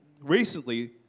recently